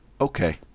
okay